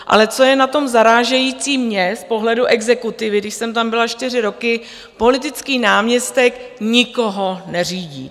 Ale co je na tom zarážející mně z pohledu exekutivy, když jsem tam byla čtyři roky, politický náměstek nikoho neřídí.